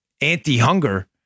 Anti-hunger